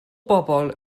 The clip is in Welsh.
bobol